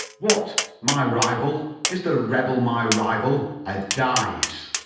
what, my rival? is the rebel my rival? a dies.